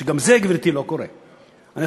וגם זה,